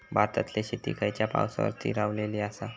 भारतातले शेती खयच्या पावसावर स्थिरावलेली आसा?